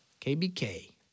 KBK